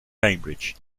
cambridge